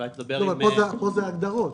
פה זה ההגדרות.